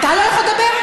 אתה לא יכול לדבר?